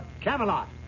Camelot